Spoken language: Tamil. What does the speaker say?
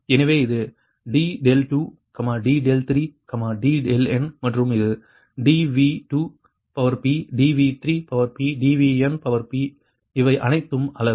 எனவே இது d2 d3 dn மற்றும் இது dV2dV3dVn இவை அனைத்தும் அளவு